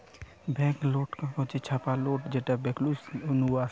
bank note কাগজে ছাপা note যেটা বেঙ্ক নু আসে